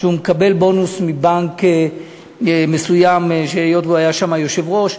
הוא מקבל בונוס מבנק מסוים היות שהוא היה שם היושב-ראש.